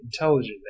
intelligent